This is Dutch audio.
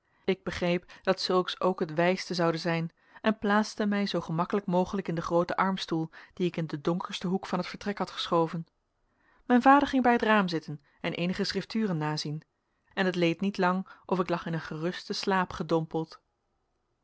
ik begreep dat zulks ook het wijste zoude zijn en plaatste mij zoo gemakkelijk mogelijk in den grooten armstoel dien ik in den donkersten hoek van het vertrek had geschoven mijn vader ging bij het raam zitten en eenige schrifturen nazien en het leed niet lang of ik lag in een gerusten slaap gedompeld